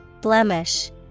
Blemish